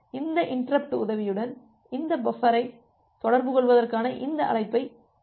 எனவே இந்த இன்டரப்ட் உதவியுடன் இந்த பஃபரை தொடர்புகொள்வதற்கான இந்த அழைப்பை செய்யலாம்